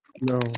No